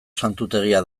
santutegia